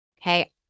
Okay